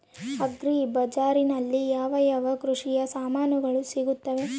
Agri ಬಜಾರಿನಲ್ಲಿ ಯಾವ ಯಾವ ಕೃಷಿಯ ಸಾಮಾನುಗಳು ಸಿಗುತ್ತವೆ?